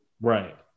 Right